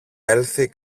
έλθει